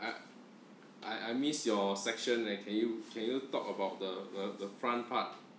I I I miss your section leh can you can you talk about the the front part